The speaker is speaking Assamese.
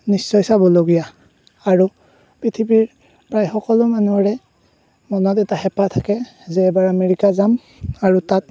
নিশ্চয় চাবলগীয়া আৰু পৃথিৱীৰ প্ৰায় সকলো মানুহৰে মনত এটা হেপাহ থাকে যে এবাৰ আমেৰিকা যাম আৰু তাত